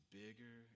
bigger